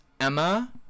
Emma